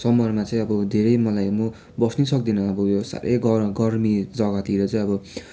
समरमा चाहिँ अब धेरै मलाई म बस्नै सक्दिनँ अब यो साह्रै गरम गर्मी जग्गातिर चाहिँ अब